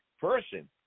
person